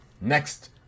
Next